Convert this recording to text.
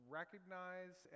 recognize